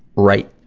right,